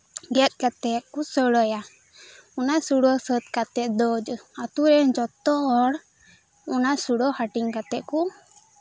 ᱜᱮᱛ ᱠᱟᱛᱮᱫ ᱠᱚ ᱥᱚᱲᱮᱭᱟ ᱚᱱᱟ ᱥᱚᱲᱮ ᱥᱟᱹᱛ ᱠᱟᱛᱮᱫ ᱫᱚ ᱟᱹᱛᱳ ᱨᱮᱱ ᱡᱚᱛᱚ ᱦᱚᱲ ᱚᱱᱟ ᱥᱳᱲᱮ ᱦᱟᱹᱴᱤᱧ ᱠᱟᱛᱮᱫ ᱠᱚ